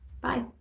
Bye